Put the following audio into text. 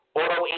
auto